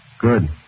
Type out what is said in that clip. Good